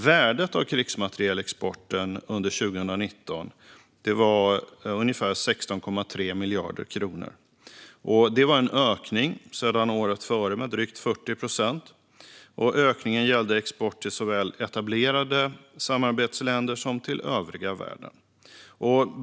Värdet av krigsmaterielexporten under 2019 var ungefär 16,3 miljarder kronor, vilket var en ökning med drygt 40 procent sedan året innan. Ökningen gällde export till såväl etablerade samarbetsländer som till övriga världen.